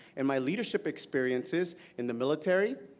and my leadership experiences in the military,